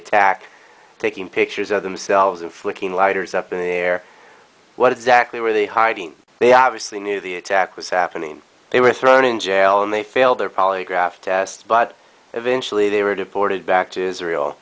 attack taking pictures of themselves and flicking lighters up in the air what exactly were they hiding they obviously knew the attack was happening they were thrown in jail and they failed their polygraph test but eventually they were deported back to israel